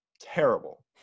terrible